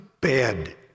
bed